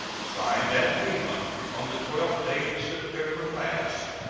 signed at lima on the twelfth day of september last.